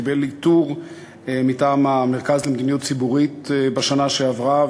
קיבל עיטור מטעם המרכז למדיניות ציבורית בשנה שעברה,